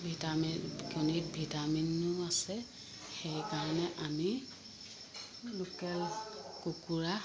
vitamin কণীত ভিটামিনো আছে সেইকাৰণে আমি লোকেল কুকুৰা